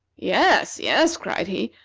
yes, yes, cried he.